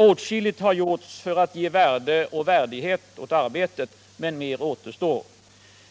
Åtskilligt har gjorts för att ge värde och värdighet åt arbetet. Men mera återstår.